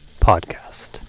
podcast